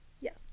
yes